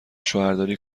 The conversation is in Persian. شوهرداری